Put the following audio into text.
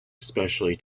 especially